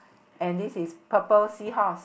and this is purple seahorse